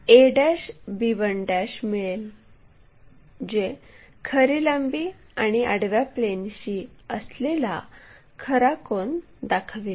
आपल्याला ab1 मिळेल जे खरी लांबी आणि आडव्या प्लेनशी असलेला खरा कोन दाखविते